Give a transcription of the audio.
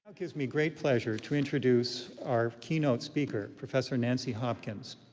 gives me great pleasure to introduce our keynote speaker, professor nancy hopkins.